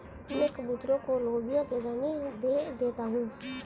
मैं कबूतरों को लोबिया के दाने दे देता हूं